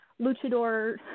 luchador